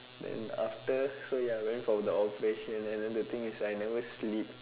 then after so ya I went from the operation and then the thing is I never sleep